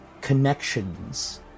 connections